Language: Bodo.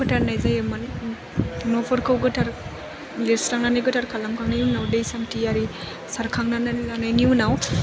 फोथारनाय जायोमोन न'फोरखौ गोथार लिरस्रांनानै गोथार खालाम खांनायनि उनाव दै सान्थि आरि सारखांना लानायनि उनाव